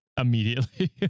immediately